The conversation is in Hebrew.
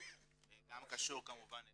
שגם קשור כמובן אלינו.